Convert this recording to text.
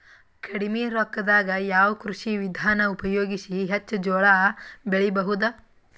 ಕಡಿಮಿ ರೊಕ್ಕದಾಗ ಯಾವ ಕೃಷಿ ವಿಧಾನ ಉಪಯೋಗಿಸಿ ಹೆಚ್ಚ ಜೋಳ ಬೆಳಿ ಬಹುದ?